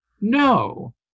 No